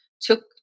took